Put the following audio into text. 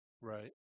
Right